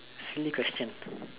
silly question